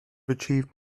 achieved